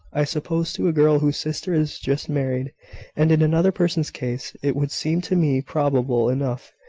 i suppose, to a girl whose sister is just married and in another person's case it would seem to me probable enough,